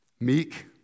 Meek